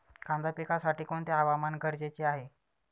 कांदा पिकासाठी कोणते हवामान गरजेचे आहे?